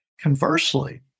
Conversely